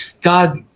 God